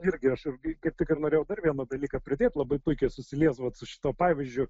irgi aš kaip tik ir norėjau dar vieną dalyką pridėt labai puikiai susilies vat su šituo pavyzdžiu